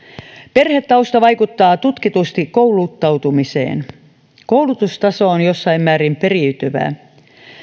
perhetausta vaikuttaa tutkitusti kouluttautumiseen koulutustaso on jossain määrin periytyvää